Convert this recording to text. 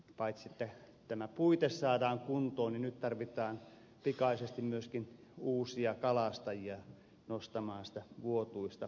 paitsi että tämä puite saadaan kuntoon nyt tarvitaan pikaisesti myöskin uusia kalastajia nostamaan sitä vuotuista tuottoa